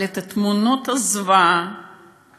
אבל את תמונות הזוועה